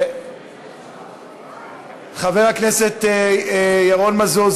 חבר הכנסת ירון מזוז,